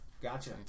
Gotcha